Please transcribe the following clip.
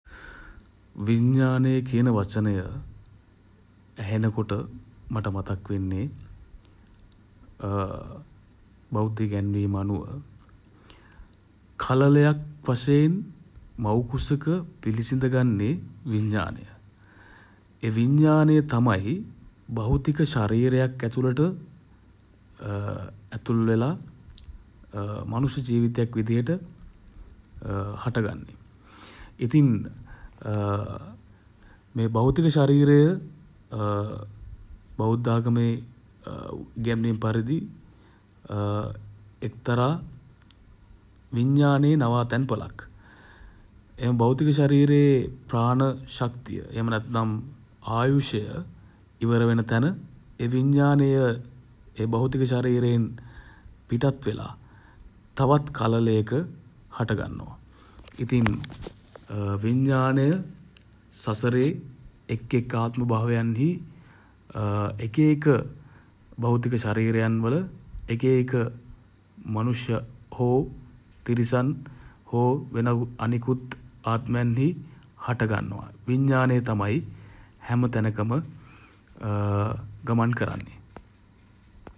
විඥානය කියන වචනය ඇහෙන කොට මට මතක් වෙන්නේ බෞද්ධ ඉගැන්වීම අනුව කළලයක් වශයෙන් මව් කුසක පිළිසිඳ ගන්නේ විඥානය. ඒ විඥානය තමයි භෞතික ශරීරයක් ඇතුළට ඇතුල් වෙලා මනුෂ්‍ය ජීවිතයක් විදිහට හට ගන්නේ. ඉතින් මේ භෞතික ශරීරය බෞද්ධ ආගමේ ඉගැන්වීම් පරිදි එක්තරා විඥානයේ නවාතැන් පළක්. එම භෞතික ශරීරයේ ප්‍රාණ ශක්තිය එහෙම නැත්නම් ආයුෂය ඉවර වෙන තැන විඥානය ඒ භෞතික ශරීරයෙන් පිටත් වෙලා තවත් කළලයක හට ගන්නවා. ඉතින් විඥානය සසරේ එක් එක් ආත්ම භවයන්හි එක එක භෞතික ශරීරයන්වල එක එක මනුෂ්‍ය හෝ තිරිසන් හෝ අනෙකුත් ආත්මයන්හි හට ගන්නවා. විඥානය තමයි හැම තැනකම ගමන් කරන්නේ.